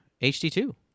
HD2